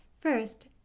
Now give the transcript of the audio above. First